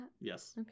Yes